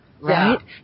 right